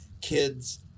kids